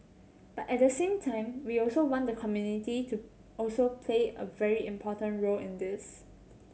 but at the same time we also want the community to also play a very important role in this